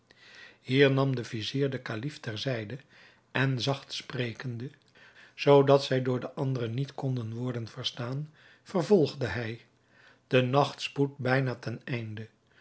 hier nam de vizier den kalif ter zijde en zacht sprekende zoodat zij door de anderen niet konden worden verstaan vervolgde hij de nacht spoedt bijna ten einde